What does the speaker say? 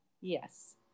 yes